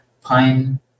Pine